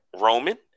Roman